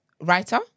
writer